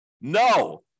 No